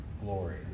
glory